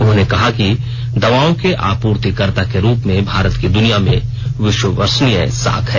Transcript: उन्होंने कहा कि दवाओं के आपूर्तिकर्ता के रूप में भारत की द्निया में विश्वसनीय साख है